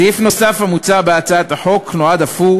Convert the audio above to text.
סעיף נוסף המוצע בהצעת החוק נועד אף הוא